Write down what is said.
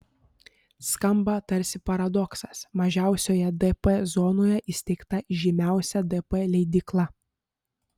skamba tarsi paradoksas mažiausioje dp zonoje įsteigta žymiausia dp leidykla